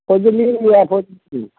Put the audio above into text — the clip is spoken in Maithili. फैजली भी हइ फैजली